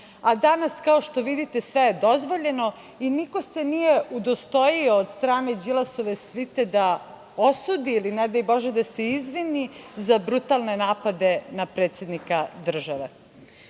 a danas, kao što vidite, sve je dozvoljeno i niko se nije udostojio od strane Đilasove svite da osudi ili ne daj Bože da se izvini za brutalne napadne na predsednika države. Ono